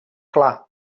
clar